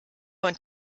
und